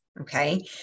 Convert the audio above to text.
Okay